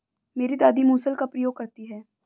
मेरी दादी मूसल का प्रयोग करती हैं